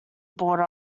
border